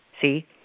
See